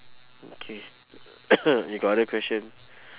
okay you got other question